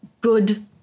good